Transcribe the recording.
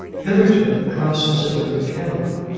hitherto, the process had been mechanical,